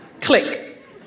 Click